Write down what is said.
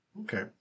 Okay